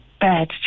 bad